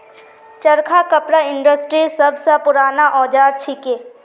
चरखा कपड़ा इंडस्ट्रीर सब स पूराना औजार छिके